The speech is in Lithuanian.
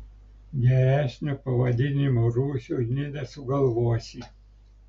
geresnio pavadinimo rūsiui nė nesugalvosi